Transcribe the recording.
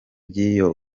by’ibyo